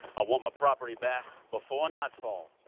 ah want my property back before nightfall.